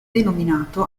denominato